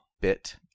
bit